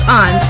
on